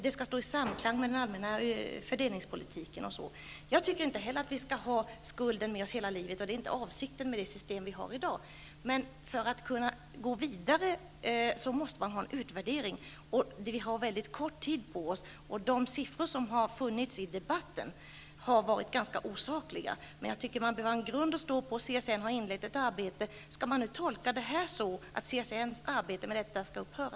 Det skall stå i samklang med den allmänna fördelningspolitiken. Jag tycker inte att vi skall bära skulden med oss hela livet. Det är inte heller avsikten med det nuvarande systemet. För att kunna gå vidare måste man ha en utvärdering. Vi har väldigt kort tid på oss. De siffror som har angivits i debatten har varit ganska osakliga. Jag tycker att man bör ha en grund att stå på. Skall man tolka detta så att CSNs arbete med studiemedelsystemet skall upphöra?